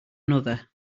another